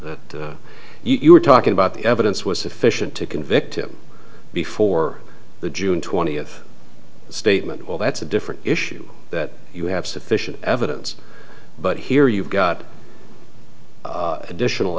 participation you are talking about the evidence was sufficient to convict him before the june twentieth statement well that's a different issue that you have sufficient evidence but here you've got additional